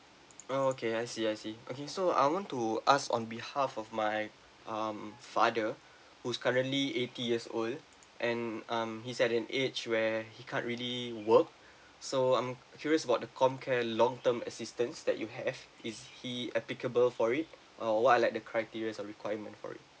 oh okay I see I see okay so I want to ask on behalf of my um father who's currently eighty years old and um he's at an age where he can't really work so I'm curious about the comcare long term assistance that you have is he applicable for it or what are like the criteria or requirement for it